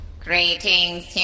Greetings